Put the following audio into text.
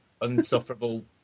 unsufferable